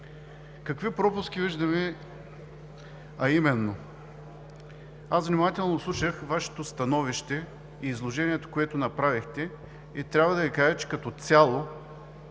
Какви пропуски виждаме? Внимателно слушах Вашето становище и изложението, което направихте. Трябва да Ви кажа, че като цяло